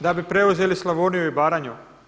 Da bi preuzeli Slavoniju i Baranju?